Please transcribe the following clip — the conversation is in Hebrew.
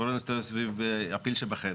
בואו לא נסתובב סביב הפיל שבחדר.